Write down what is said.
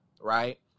right